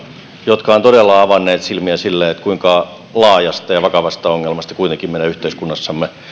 jotka ovat todella avanneet silmiä sille kuinka laajasta ja vakavasta ongelmasta kuitenkin meidän yhteiskunnassamme